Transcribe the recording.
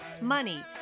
money